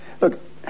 Look